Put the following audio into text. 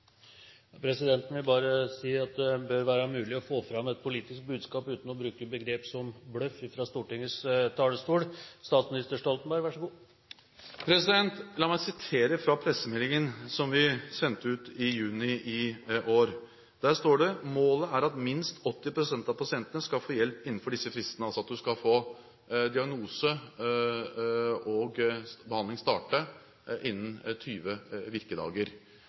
Presidenten vil bare si at det bør være mulig å få fram et politisk budskap uten å bruke begrep som «bløff» fra Stortingets talerstol. La meg sitere fra pressemeldingen som vi sendte ut i juni i år. Der står det: «Målet er likevel at minst 80 % av pasientene skal få hjelp innenfor disse fristene.» Man skal altså få en diagnose, og behandlingen skal starte innen 20 virkedager.